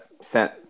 sent